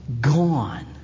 gone